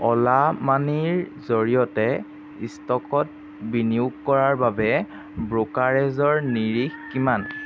অ'লা মানিৰ জৰিয়তে ষ্টকত বিনিয়োগ কৰাৰ বাবে ব্ৰ'কাৰেজৰ নিৰিখ কিমান